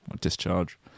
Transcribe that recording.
discharge